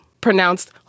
pronounced